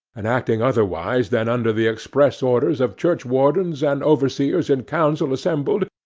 and acting otherwise than under the express orders of churchwardens and overseers in council assembled,